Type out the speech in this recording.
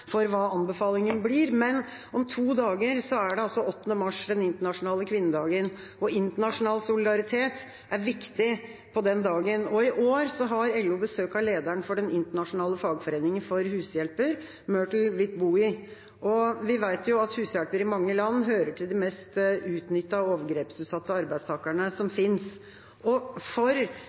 for hva anbefalingen blir. Men om to dager er det 8. mars, den internasjonale kvinnedagen, og internasjonal solidaritet er viktig på den dagen. I år har LO besøk av lederen for den internasjonale fagforeningen for hushjelper, Myrtle Witbooi. Vi vet jo at hushjelper i mange land hører til de mest utnyttede og overgrepsutsatte arbeidstakerne som finnes. For